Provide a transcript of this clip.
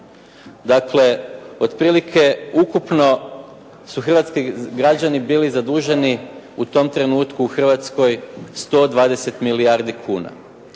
Dakle, otprilike ukupno su hrvatski građani bili zaduženi u tom trenutku u Hrvatskoj 120 milijardi kuna.